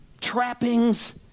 trappings